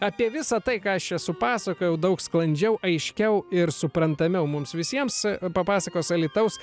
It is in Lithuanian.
apie visa tai ką aš čia supasakojau daug sklandžiau aiškiau ir suprantamiau mums visiems papasakos alytaus